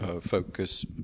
focus